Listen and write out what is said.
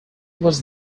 was